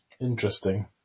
Interesting